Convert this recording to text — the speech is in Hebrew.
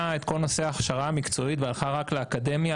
את כל נושא ההכשרה המקצועית והלכה רק לאקדמיה,